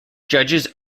judges